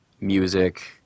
music